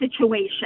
situation